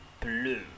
Blue